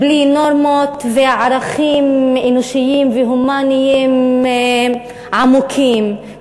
בלי נורמות וערכים אנושיים והומניים עמוקים,